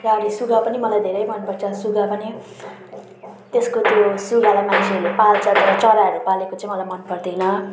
र अनि सुगा पनि मलाई धेरै मनपर्छ सुगा पनि त्यसको त्यो सुगालाई मान्छेहरूले पाल्छन् तर चराहरू पालेको चाहिँ मलाई मनपर्दैन